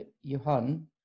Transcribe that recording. Johan